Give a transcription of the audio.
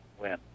win